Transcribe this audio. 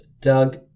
Doug